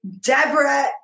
Deborah